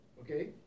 okay